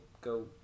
go